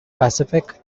pacific